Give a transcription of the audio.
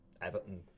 everton